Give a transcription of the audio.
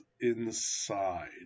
inside